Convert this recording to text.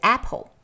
Apple